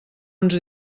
uns